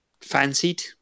fancied